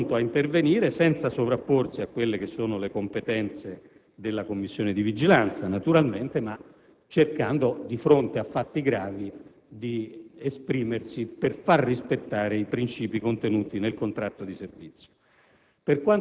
è pronto ad intervenire senza sovrapporsi alle competenze della Commissione di vigilanza, naturalmente, ma cercando, di fronte a fatti gravi, di esprimersi per far rispettare i princìpi contenuti nel contratto di servizio.